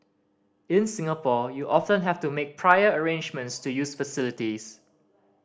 in Singapore you often have to make prior arrangements to use facilities